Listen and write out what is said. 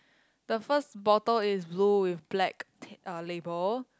the first bottle is blue with black t~ uh label